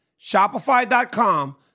Shopify.com